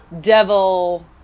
devil